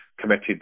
committed